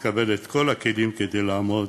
לקבל את כל הכלים כדי לעמוד